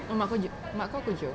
mak kerj~ mak kau kerja